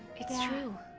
it's true.